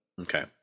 Okay